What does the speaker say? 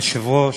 אדוני היושב-ראש,